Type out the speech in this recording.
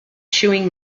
chewing